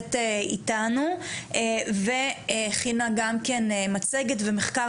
שנמצאת איתנו והכינה גם כן מצגת ומחקר